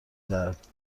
دهد